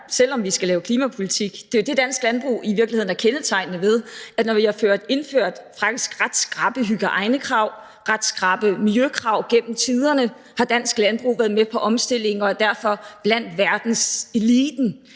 selv om vi skal lave klimapolitik. Dansk landbrug er i virkeligheden kendetegnet ved, at når vi har indført faktisk ret skrappe hygiejnekrav, ret skrappe miljøkrav gennem tiderne, har dansk landbrug været med på omstillingen og er derfor blandt verdenseliten.